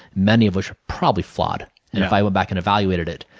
many of which are probably flawed and if i went back and evaluated it.